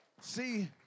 See